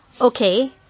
okay